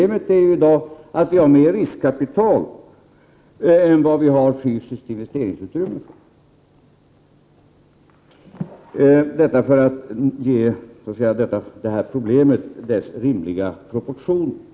I dag är problemet att vi har mer riskkapital än vad vi har fysiskt investeringsutrymme för. Detta är sagt för att ge problemet rimliga proportioner.